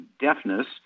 deafness